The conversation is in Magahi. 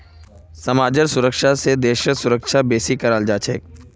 समाजेर सुरक्षा स देशेर सुरक्षा आरोह बेहतर कराल जा छेक